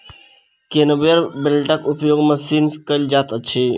conveyor बेल्टक उपयोग machine मे कयल जाइत अछि